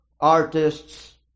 artists